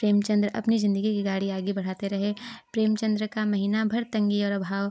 प्रेमचन्द्र अपनी जिंदगी की गाड़ी आगे बढ़ाते रहे प्रेमचन्द्र का महीना भर तंगी और अभाव